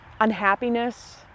unhappiness